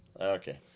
Okay